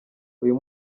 uyu